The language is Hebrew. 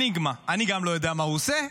אניגמה, אני גם לא יודע מה הוא עשה,